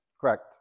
Correct